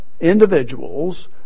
individuals